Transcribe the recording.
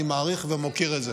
אני מעריך ומוקיר את זה.